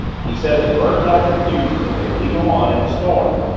he says it burns out their fuses if they leave em on in a storm.